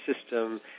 system